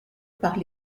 par